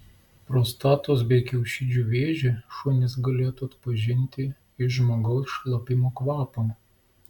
prostatos bei kiaušidžių vėžį šunys galėtų atpažinti iš žmogaus šlapimo kvapo